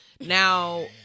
Now